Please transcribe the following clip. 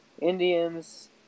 Indians